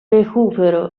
recupero